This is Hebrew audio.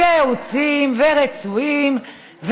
ייעוציים ורצויים,